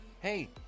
Hey